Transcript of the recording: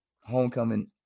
homecoming